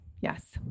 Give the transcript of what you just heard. Yes